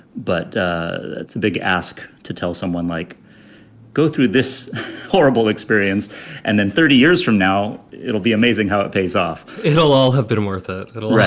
but it's a big ask to tell someone like go through this horrible experience and then thirty years from now, it'll be amazing how it pays off it'll all have been worth a little.